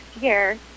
year